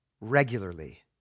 regularly